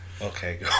Okay